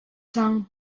cang